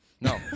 No